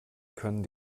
können